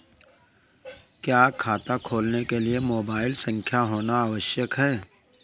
क्या खाता खोलने के लिए मोबाइल संख्या होना आवश्यक है?